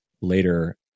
later